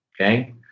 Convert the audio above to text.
okay